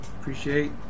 appreciate